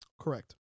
Correct